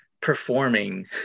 performing